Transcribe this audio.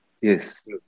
Yes